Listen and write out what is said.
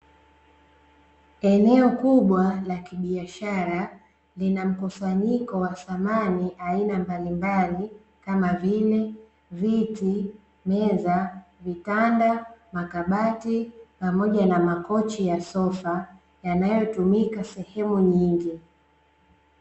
Eneo kubwa la kibiashara linamkusanyiko wa samani aina mbali mbali kama vile viti, meza, vitanda, makabati pamoja na makochi ya sofa yanayotumika sehemu nyingi.